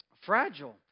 fragile